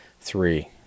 three